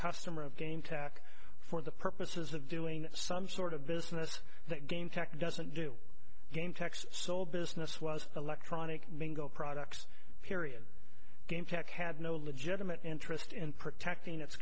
customer of game tech for the purposes of doing some sort of business that game tech doesn't do game techs so business was electronic mingle products period game tech had no legitimate interest in protecting its